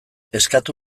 eskatu